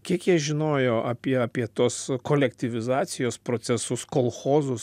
kiek jie žinojo apie apie tos kolektyvizacijos procesus kolchozus